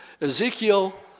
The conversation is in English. Ezekiel